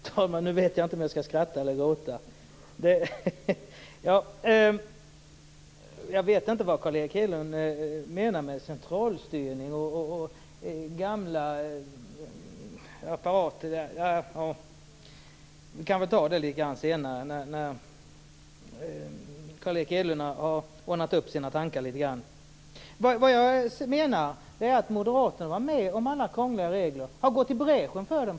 Fru talman! Nu vet jag inte om jag skall skratta eller gråta. Jag vet inte vad Carl Erik Hedlund menar med centralstyrning. Vi kan väl ta det litet senare när Carl Erik Hedlund har ordnat upp sina tankar litet grand. Vad jag menar är att moderaterna var med om alla krångliga regler och har gått i bräschen för dem.